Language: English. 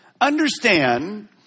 Understand